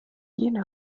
jene